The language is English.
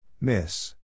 Miss